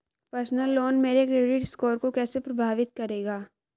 Personal loan मेरे credit score को कैसे प्रभावित करेगा?